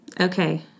Okay